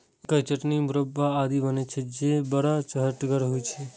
एकर चटनी, मुरब्बा आदि बनै छै, जे बड़ चहटगर होइ छै